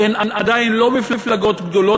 שהן עדיין לא מפלגות גדולות,